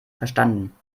verstanden